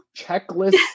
Checklist